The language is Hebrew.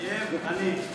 מתחייב אני.